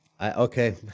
Okay